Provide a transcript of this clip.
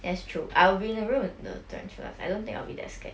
that's true I'll be in the room with the tarantulas I don't think I'll be that scared